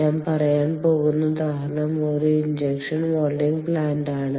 ഞാൻ പറയാൻ പോകുന്ന ഉദാഹരണം ഒരു ഇൻജക്ഷൻ മോൾഡിംഗ് പ്ലാന്റാണ് ആണ്